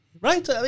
Right